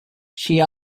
she